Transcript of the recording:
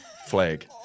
flag